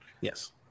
Yes